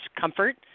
comfort